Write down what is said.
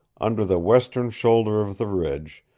under the western shoulder of the ridge,